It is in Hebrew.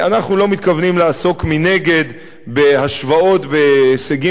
אנחנו לא מתכוונים לעסוק מנגד בהשוואות בהישגים